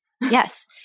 yes